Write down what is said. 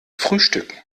frühstücken